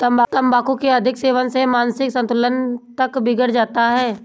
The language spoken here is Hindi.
तंबाकू के अधिक सेवन से मानसिक संतुलन तक बिगड़ जाता है